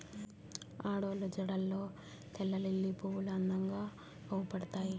ఆడోళ్ళు జడల్లో తెల్లలిల్లి పువ్వులు అందంగా అవుపడతాయి